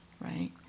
right